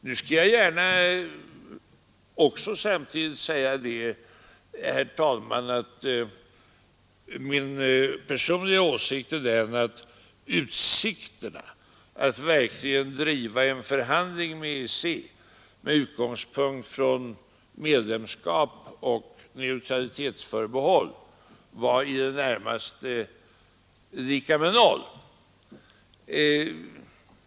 Nu skall jag gärna samtidigt säga, herr talman, att min personliga åsikt är att utsikterna att verkligen driva en förhandling med EEC med utgångspunkt från medlemskap och neutralitetsförbehåll var i det närmaste obefintliga.